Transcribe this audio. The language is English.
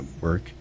work